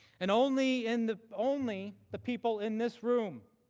and only and the only the people in this room